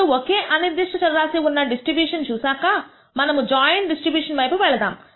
ఇప్పుడు ఒకే అనిర్దిష్ట చరరాశి ఉన్న డిస్ట్రిబ్యూషన్ చూసాకా మనము జాయింట్ డిస్ట్రిబ్యూషన్ వైపు వెళదాము